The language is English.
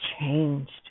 changed